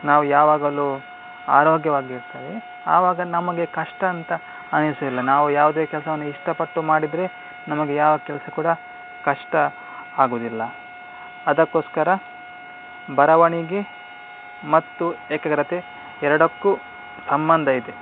ನಾವು ಯಾವಾಗಲೂ ಆರೋಗ್ಯವಾಗಿರ್ತವೆ ಆವಾಗ ನಮಗೆ ಕಷ್ಟ ಅಂತ ಅನ್ನಿಸುವುದಿಲ್ಲ ನಾವು ಯಾವುದೇ ಕೆಲಸವನ್ನು ಇಷ್ಟಪಟ್ಟು ಮಾಡಿದರೆ ನಮಗೆ ಯಾವ ಕೆಲಸ ಕೂಡ ಕಷ್ಟ ಆಗುವುದಿಲ್ಲ ಅದಕ್ಕೋಸ್ಕರ ಬರವಣಿಗೆ ಮತ್ತು ಏಕಾಗ್ರತೆ ಎರಡಕ್ಕೂ ಸಂಬಂಧ ಇದೆ